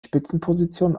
spitzenposition